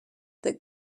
that